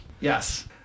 Yes